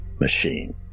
machine